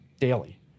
daily